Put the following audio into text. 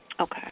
Okay